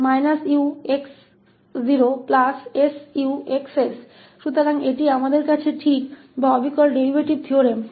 तो यह वास्तव में या सटीक रूप से हमारे पास डेरीवेटिव थ्योरम है